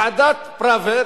ועדת-פראוור